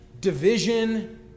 division